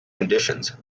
conditions